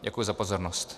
Děkuji za pozornost.